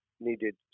needed